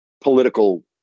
political